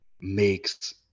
makes